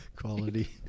Quality